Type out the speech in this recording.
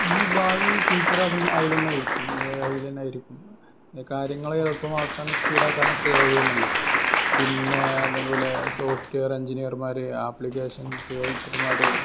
ഇഞ്ഞു ഭാവി ഫ്യൂച്ചർ തന്നെ ഐലെന്നാരിക്കും ഏഐലെന്നേര്ക്കും കാര്യങ്ങൾ എളുപ്പമാക്കാനും സ്പീഡാക്കാനും ഒക്കെ ഏഐ തന്നല്ലോ പിന്നേ അതേപോലെ സോഫ്റ്റ്വയർ എഞ്ചിനീയർമാർ ആപ്ലിക്കേഷൻ ക്രിയേറ്റർമാർ